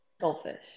Goldfish